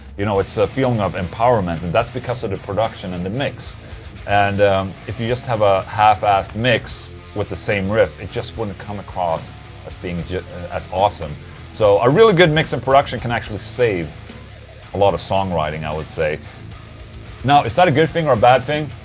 you know, it's a feeling of empowerment and that's because of the production and the mix and if you just have a half-assed mix with the same riff it just wouldn't come across as being as awesome so, a really good mix and production can actually save a lot of songwriting, i would say now, is that a good thing or a bad thing?